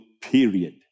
period